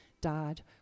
died